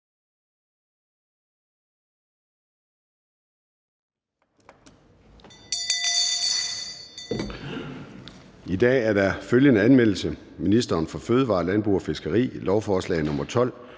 I dag er der følgende anmeldelse: Ministeren for fødevarer, landbrug og fiskeri: Lovforslag nr. L